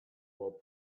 while